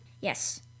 Yes